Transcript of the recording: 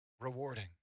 rewarding